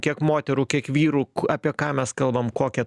kiek moterų kiek vyrų apie ką mes kalbam kokia